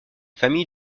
famille